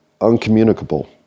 uncommunicable